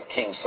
King